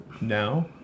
now